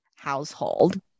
household